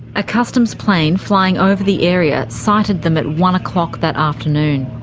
a customs plane flying over the area sighted them at one o'clock that afternoon.